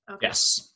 Yes